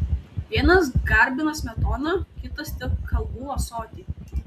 vienas garbina smetoną kitas tik kalbų ąsotį